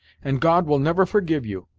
and god will never forgive you!